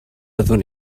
fyddwn